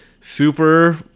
super